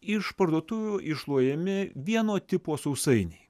iš parduotuvių iššluojami vieno tipo sausainiai